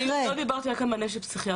אני לא דיברתי רק על מענה של פסיכיאטרים,